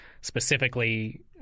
specifically